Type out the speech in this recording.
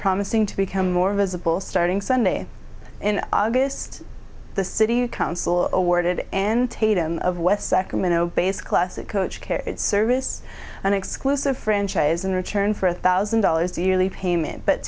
promising to become more visible starting sunday in august the city council awarded tatum of west sacramento based classic coach service an exclusive franchise in return for a thousand dollars yearly payment but